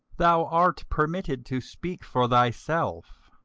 thou art permitted to speak for thyself.